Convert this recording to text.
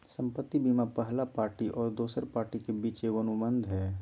संपत्ति बीमा पहला पार्टी और दोसर पार्टी के बीच एगो अनुबंध हइ